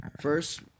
first